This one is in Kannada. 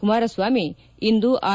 ಕುಮಾರಸ್ವಾಮಿ ಇಂದು ಆರ್